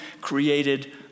created